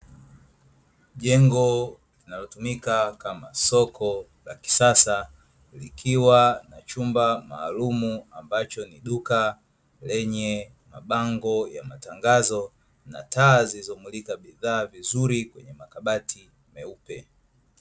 Jengo linalotumika kama soko la kisasa, likiwa na chumba maalumu ambacho ni duka lenye mabango ya matangazo na taa zilizomulika bidhaa vizuri, makabati meupe.